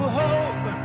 hope